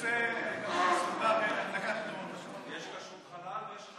יש כשרות חלאל ויש,